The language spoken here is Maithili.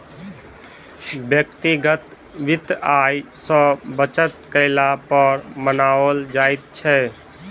व्यक्तिगत वित्त आय सॅ बचत कयला पर बनाओल जाइत छै